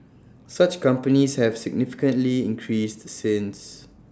such companies have significantly increased since